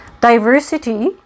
Diversity